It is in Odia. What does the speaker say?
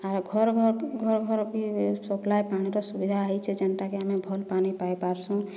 ଆରୁ ଘର୍ ଘର୍ କି ଘର୍ ଘର୍ କି ସପ୍ଲାଏ ପାଣିର ସୁବିଧା ହେଇଛେ ଯେନ୍ଟା କି ଆମେ ଭଲ୍ ପାଣି ପାଇ ପାର୍ସୁଁ